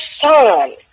son